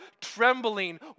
trembling